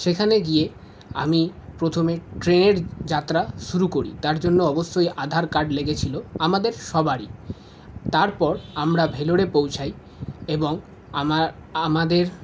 সেখানে গিয়ে আমি প্রথমে ট্রেনের যাত্রা শুরু করি তার জন্য অবশ্যই আধার কার্ড লেগেছিল আমাদের সবারই তারপর আমরা ভেলোরে পৌঁছাই এবং আমার আমাদের